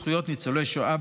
זכויות ניצולי שואה,